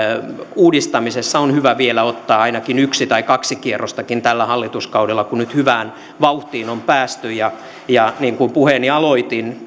uudistamisessa on hyvä vielä ottaa ainakin yksi tai kaksikin kierrosta tällä hallituskaudella kun nyt hyvään vauhtiin on päästy kun puheeni aloitin